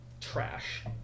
Trash